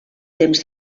temps